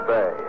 Bay